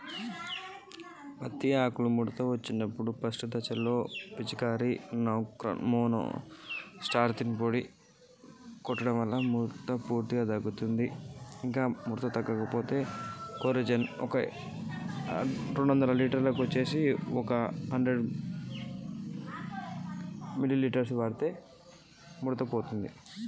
పత్తి ఆకు ముడత వచ్చినప్పుడు ఏ రసాయనాలు పిచికారీ చేయాలి?